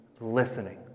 listening